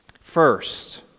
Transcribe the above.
first